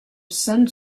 some